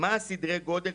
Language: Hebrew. לדעת מה סדרי הגודל,